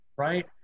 Right